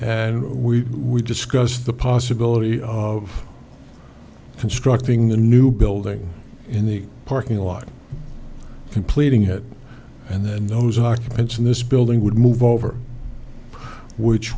and we we discussed the possibility of constructing the new building in the parking lot completing it and then those occupants in this building would move over which